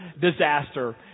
disaster